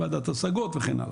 ועדת השגות וכן הלאה.